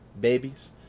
babies